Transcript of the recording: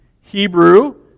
Hebrew